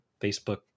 Facebook